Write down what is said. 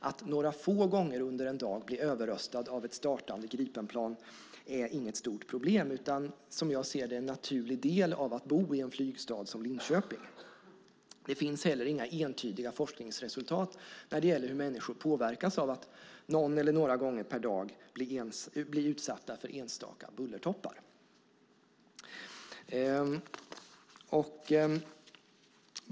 Att några få gånger under en dag bli överröstad av ett startande Gripenplan är inget stort problem utan, som jag ser det, en naturlig del av att bo i en flygstad som Linköping. Det finns heller inga entydiga forskningsresultat när det gäller hur människor påverkas av att någon eller några gånger per dag bli utsatta för enstaka bullertoppar.